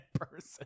person